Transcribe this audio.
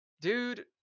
Dude